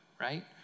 right